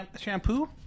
Shampoo